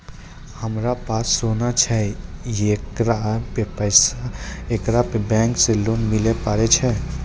हमारा पास सोना छै येकरा पे बैंक से लोन मिले पारे छै?